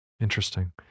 Interesting